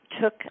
took